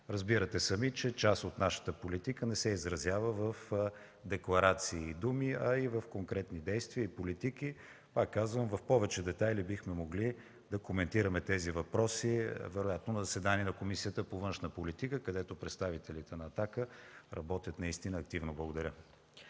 Разбирате сами, че част от нашата политика не се изразява в декларации и думи, а в конкретни действия и политики. Пак казвам, в повече детайли бихме могли да коментираме тези въпроси вероятно на заседание на Комисията по външна политика, където представителите на „Атака” работят наистина активно. Благодаря.